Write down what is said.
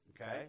okay